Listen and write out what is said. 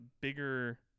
bigger